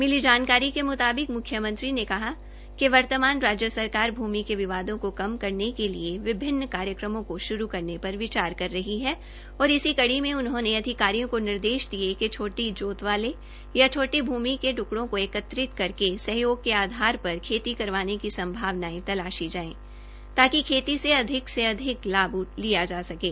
मिली जानकारी के मुताबिक मुख्यमंत्री ने कहा कि वर्तमान राज्य सरकार भूमि के विवादों को कम करने के लिए विभिन्न कार्यक्रमों को शुरू करने पर विचार कर रही हैं और इसी कड़ी में उन्होंने अधिकारियों को निर्देश दिए कि छोटी जोत वाले या छोटे भूमि के ट्रकडों को एकत्रित करके सहयोग के आधार पर पर खेती करवाने की संभावनाएं तलाशी जाएं ताकि खेती से अधिक से अधिक लाभ लिया जा सकें